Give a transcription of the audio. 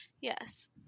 Yes